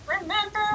remember